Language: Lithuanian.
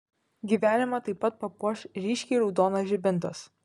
gyvenimą taip pat papuoš ryškiai raudonas žibintas